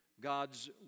God's